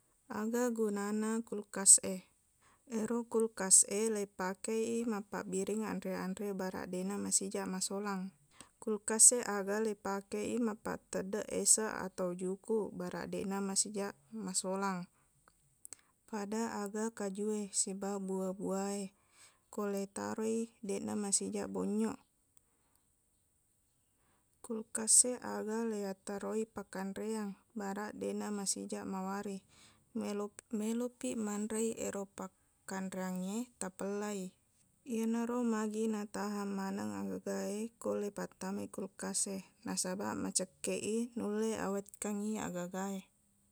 Aga gunana kulkas e ero kulkas e leipakei mappabbiring anre-anre baraq deqna masijaq masolang kulkas e aga leipakei mappatteddeq eseq atau jukuq baraq deqna masijaq masolang pada aga kajuwe siba bua-bua e ko leitaroi deqna masijaq bonnyok kulkas e aga leiattaroi pakkanreang baraq deqna masijaq mawari melop- meloppiq manre i ero pakkanreangnge tapellai iyanaro magi natahang maneng agaga e ko leipattamai kulkas e nasabaq macekkeq i nulle awetkan i agaga e